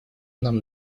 нам